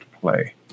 play